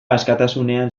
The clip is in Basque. askatasunean